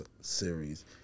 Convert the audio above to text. series